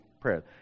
prayer